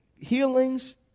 healings